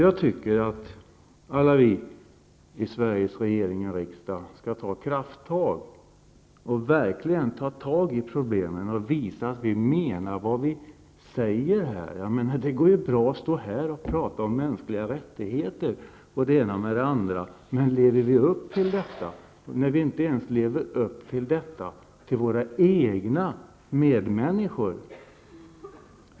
Jag tycker att alla vi i Sveriges regering och riksdag skall ta krafttag och verkligen ta tag i problemen och visa att vi menar vad vi säger. Det går bra att stå här och prata om mänskliga rättigheter osv. Men lever vi upp till vårt prat, när vi inte ens gör det gentemot våra egna medmänniskor?